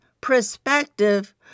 perspective